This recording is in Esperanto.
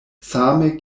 same